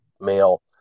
male